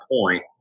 point